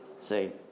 see